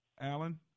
Alan